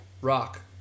Rock